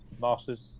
Masters